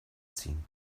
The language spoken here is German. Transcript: ziehen